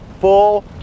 full